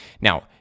Now